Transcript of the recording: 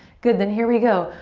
good then here we go.